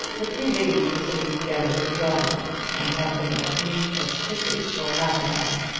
the three ladies were sitting together in the drawing-room, and had been as mute as fishes for half an hour.